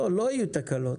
לא יהיו תקלות.